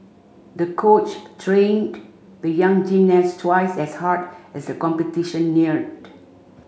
the coach trained the young gymnast twice as hard as the competition neared